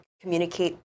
communicate